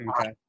okay